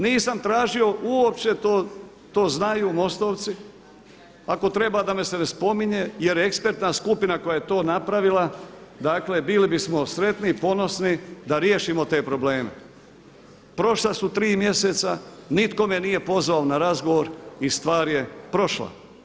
Nisam tražio uopće to, to znaju MOST-ovci ako treba da me se ne spominje jer je ekspertna skupina koja je to napravila, dakle bili bismo sretni i ponosni da riješimo te probleme Prošla su 3 mjeseca, nitko me nije pozvao na razgovor i stvar je prošla.